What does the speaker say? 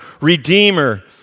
redeemer